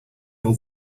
all